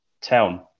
town